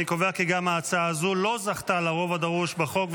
אני קובע כי גם הצעה זו לא זכתה לרוב הדרוש בחוק,